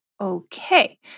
Okay